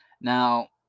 Now